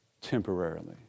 temporarily